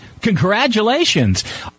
Congratulations